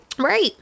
Right